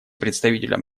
представителя